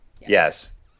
Yes